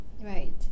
Right